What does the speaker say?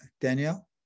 Danielle